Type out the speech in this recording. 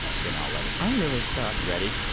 then i'll let it be i'm really stuck ready?